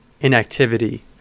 inactivity